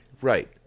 Right